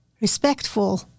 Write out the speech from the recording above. respectful